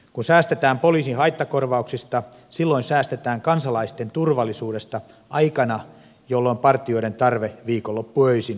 kun säästetään poliisin haittakorvauksista silloin säästetään kansalaisten turvallisuudesta aikana jolloin partioiden tarve on suurin viikonloppuöisin